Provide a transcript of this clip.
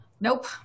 Nope